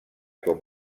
com